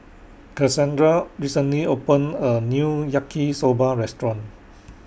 Kasandra recently opened A New Yaki Soba Restaurant